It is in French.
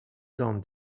cent